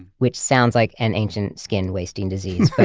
which sounds like an ancient skin wasting disease. but